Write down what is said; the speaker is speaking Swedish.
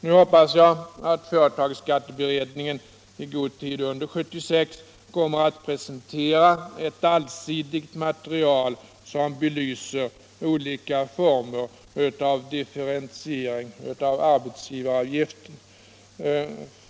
Nu hoppas jag att företagsskatteberedningen i god tid under 1976 kommer att presentera ett allsidigt material som belyser olika former av differentiering av arbetsgivaravgiften.